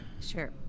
Sure